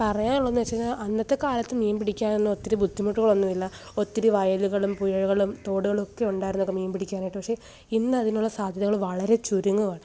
പറയാനുള്ളതെന്നു വെച്ചു കഴിഞ്ഞാൽ അന്നത്തെ കാലത്ത് മീന് പിടിക്കാന് ഒത്തിരി ബുദ്ധിമുട്ടുകളൊന്നുമില്ല ഒത്തിരി വയലുകളും പുഴകളും തോടുകളുമൊക്കെ ഉണ്ടായിരുന്നു നമുക്ക് മീന് പിടിക്കാനായിട്ട് പക്ഷേ ഇന്നതിനുള്ള സാദ്ധ്യതകൾ വളരെ ചുരുങ്ങുകയാണ്